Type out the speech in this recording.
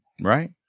Right